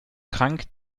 krank